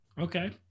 Okay